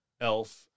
elf